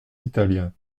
italiens